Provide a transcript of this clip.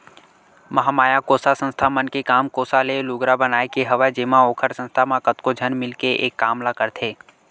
महामाया कोसा संस्था मन के काम कोसा ले लुगरा बनाए के हवय जेमा ओखर संस्था म कतको झन मिलके एक काम ल करथे